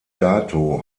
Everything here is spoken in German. dato